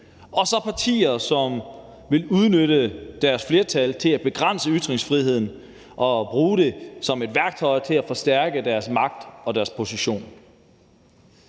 og så partier, som vil udnytte deres flertal til at begrænse ytringsfriheden og bruge det som et værktøj til at forstærke deres magt og deres position.